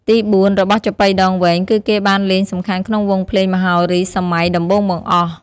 ទី៤ របស់ចាប៉ីដងវែង គឺគេបានលេងសំខាន់ក្នុងវង់ភ្លេងមហោរីសម័យដំបូងបង្អស់។